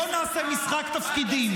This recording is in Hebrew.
בוא נעשה משחק תפקידים: